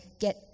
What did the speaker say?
get